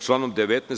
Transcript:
Članom 19.